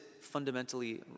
fundamentally